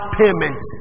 payment